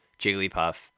Jigglypuff